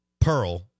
Pearl